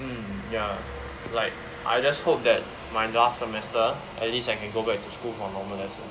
um ya like I just hope that my last semester at least I can go back to school for normal lesson